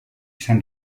izan